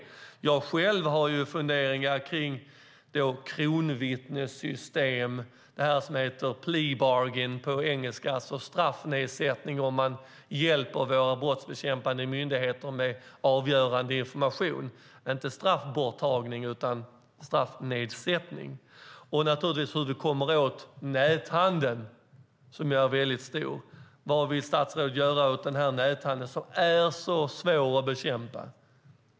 Jag själv har funderingar kring kronvittnessystem och det som heter plea bargain på engelska. Det är alltså straffnedsättning om man hjälper våra brottsbekämpande myndigheter med avgörande information. Det är inte straffborttagning utan straffnedsättning. Det handlar naturligtvis också om hur vi kommer åt näthandeln, som är väldigt stor. Vad vill statsrådet göra åt näthandeln, som är så svår att bekämpa?